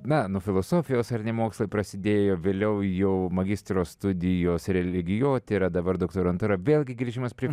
meno filosofijos ar ne mokslai prasidėjo vėliau jau magistro studijos religijotyra dabar doktorantūra vėlgi grįžimas prie